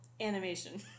animation